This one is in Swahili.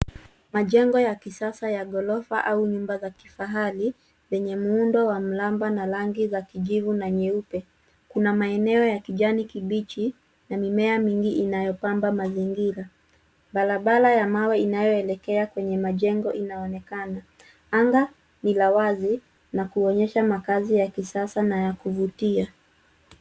Majengo ya kisasa ya ghorofa au nyumba za kifahari, zenye muundo wa mraba na rangi za kijivu na nyeupe. Kuna maeneo ya kijani kibichi na mimea mingi inayopamba mazingira. Barabara ya mawe inayoelekea kwenye majengo inaonekana. Anga ni la wazi na kuonyesha makazi ya kisasa na ya kuvutia.